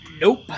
nope